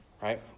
right